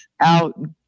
out